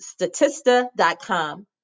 statista.com